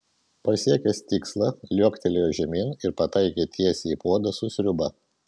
pasiekęs tikslą liuoktelėjo žemyn ir pataikė tiesiai į puodą su sriuba